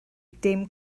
dim